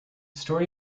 story